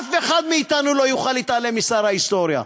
אף אחד מאתנו לא יוכל להתעלם משר ההיסטוריה.